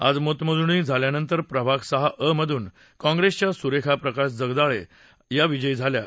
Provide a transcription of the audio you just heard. आज मतमोजणी झाल्यानंतर प्रभाग सहा अ मधून कॉंग्रेसच्या सुरेखा प्रकाश जगदाळे या विजयी झाल्या आहेत